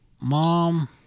mom